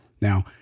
Now